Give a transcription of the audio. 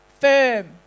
firm